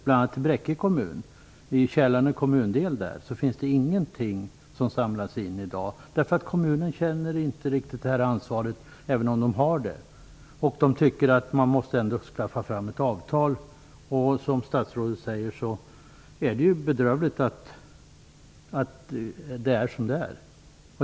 Bl.a. i Bräcke kommun är det ingenting som samlas in i dag, därför att kommunen inte riktigt känner ansvaret även om den har det. Man tycker att ett avtal måste träffas. Som statsrådet säger är det bedrövligt att det är som det är.